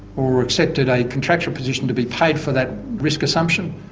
or accepted a contractual position to be paid for that risk assumption,